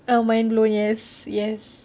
oh mindblown yes yes